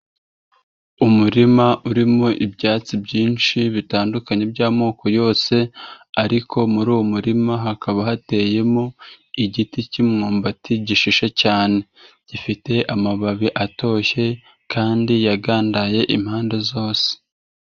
Umurima urimo ibyatsi byinshi bitandukanye by'amoko yose, ariko muri uwo murima hakaba hateyemo igiti cy'imyumbati gishishe cyane, gifite amababi atoshye kandi yagandaye impande zose.